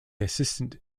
assistant